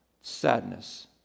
sadness